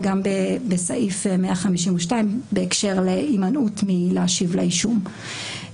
וגם בסעיף 152 בהקשר להימנעות מלהשיב לאישום.